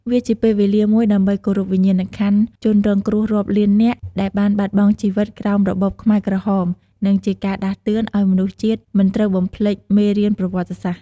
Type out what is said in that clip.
វាជាពេលវេលាមួយ ដើម្បីគោរពវិញ្ញាណក្ខន្ធជនរងគ្រោះរាប់លាននាក់ដែលបានបាត់បង់ជីវិតក្រោមរបបខ្មែរក្រហម និងជាការដាស់តឿនឲ្យមនុស្សជាតិមិនត្រូវបំភ្លេចមេរៀនប្រវត្តិសាស្ត្រ។